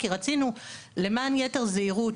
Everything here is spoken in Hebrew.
כי רצינו למען יתר זהירות,